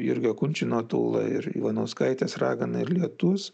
jurgio kunčino tūla ir ivanauskaitės ragana ir lietus